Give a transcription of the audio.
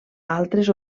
altres